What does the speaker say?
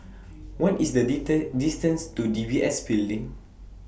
What IS The detect distance to D B S Building